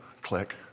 click